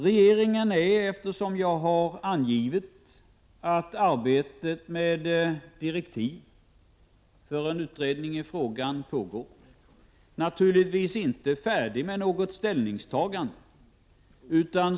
Som jag sade pågår arbetet med att ta fram direktiv för en utredning i frågan, vilket innebär att regeringen naturligtvis inte är färdig med något ställningstagande.